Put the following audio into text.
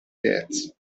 terzi